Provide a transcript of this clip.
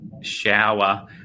shower